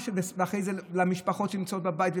ואחרי זה למשפחות שנמצאות בבית,